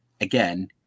Again